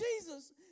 Jesus